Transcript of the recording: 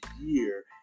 year